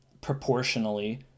proportionally